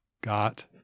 got